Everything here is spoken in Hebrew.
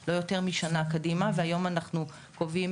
לא יותר משנה קדימה והיום אנחנו קובעים